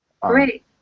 Great